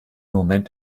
moment